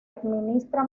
administra